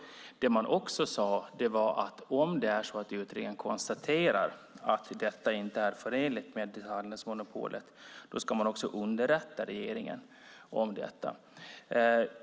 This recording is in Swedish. Det man också sade var att om det är så att utredningen konstaterar att detta inte är förenligt med detaljhandelsmonopolet ska regeringen underrättas om detta.